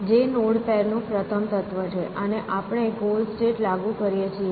જે નોડ પેરનું પ્રથમ તત્વ છે અને આપણે ગોલ ટેસ્ટ લાગુ કરીએ છીએ